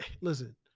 listen